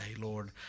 Lord